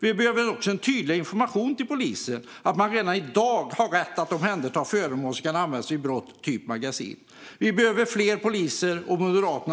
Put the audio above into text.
Vi behöver också tydligare information till polisen att man redan i dag har rätt att omhänderta föremål som kan användas vid brott, typ magasin. Vi behöver fler poliser, och med Moderaternas förslag för gängkriminalitet .